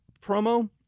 promo